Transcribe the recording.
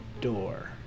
door